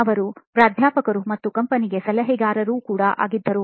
ಅವರು ಪ್ರಾಧ್ಯಾಪಕರು ಮತ್ತು ಕಂಪನಿಗಳಿಗೆ ಸಲಹೆಗಾರು ಕೂಡ ಆಗಿದ್ದರು